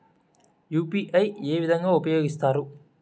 UPI ఏ విధంగా ఉపయోగిస్తారు?